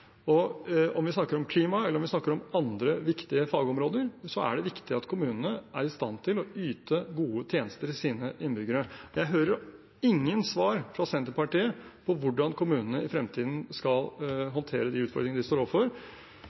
Om vi snakker om klima, eller om vi snakker om andre viktige fagområder, er det viktig at kommunene er i stand til å yte gode tjenester til sine innbyggere. Jeg hører ingen svar fra Senterpartiet på hvordan kommunene i fremtiden skal håndtere de utfordringene de står overfor,